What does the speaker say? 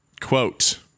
Quote